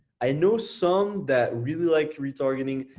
i know some that really liked retargeting.